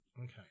Okay